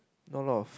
not a lot of